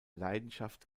leidenschaft